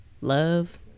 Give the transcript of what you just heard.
love